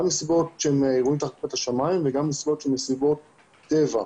גם מסיבות של אירועים תחת כיפת השמים וגם מסיבות שהן מסיבות טבע.